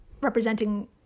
representing